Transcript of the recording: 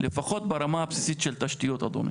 לפחות ברמה הבסיסית של תשתיות, אדוני,